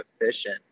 efficient